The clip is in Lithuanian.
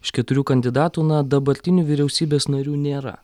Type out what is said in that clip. iš keturių kandidatų na dabartinių vyriausybės narių nėra